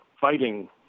Fighting